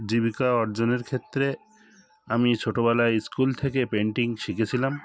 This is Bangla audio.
জীবিকা অর্জনের ক্ষেত্রে আমি ছোটবেলায় স্কুল থেকে পেন্টিং শিখেছিলাম